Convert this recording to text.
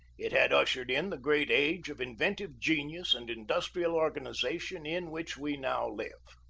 it had ushered in the great age of inventive genius and industrial organization in which we now live.